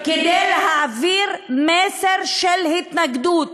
כדי להעביר מסר של התנגדות,